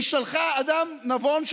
היא שלחה אדם נבון,